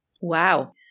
Wow